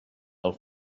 del